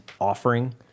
offering